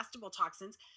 toxins